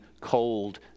cold